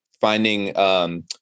finding